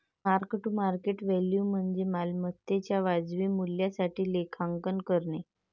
mark to market value म्हणजे मालमत्तेच्या वाजवी मूल्यासाठी लेखांकन करणे